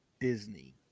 Disney